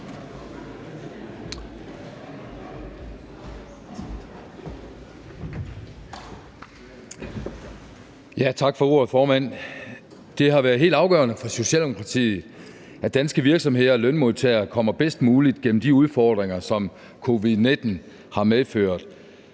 Tak for ordet, formand. Det har været helt afgørende for Socialdemokratiet, at danske virksomheder og lønmodtagere kommer bedst muligt gennem de udfordringer, som covid-19 har medført.